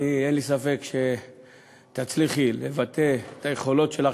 אין לי ספק שתצליחי לבטא את היכולות שלך,